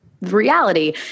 reality